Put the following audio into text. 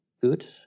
good